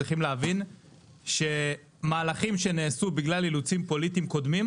צריכים להבין שמהלכים שנעשו בגלל אילוצים פוליטיים קודמים,